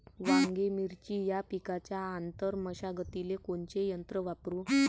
वांगे, मिरची या पिकाच्या आंतर मशागतीले कोनचे यंत्र वापरू?